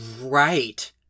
Right